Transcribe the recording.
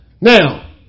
Now